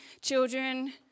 children